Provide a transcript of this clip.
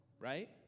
right